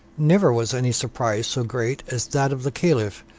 never was any surprise so great as that of the caliph,